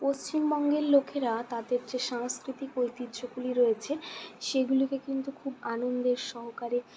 পশ্চিমবঙ্গের লোকেরা তাদের যে সাংস্কৃতিক ঐতিহ্যগুলি রয়েছে সেগুলিকে কিন্তু খুব আনন্দের সহকারে